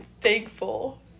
thankful